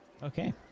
Okay